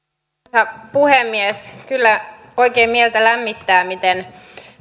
arvoisa puhemies kyllä oikein mieltä lämmittää miten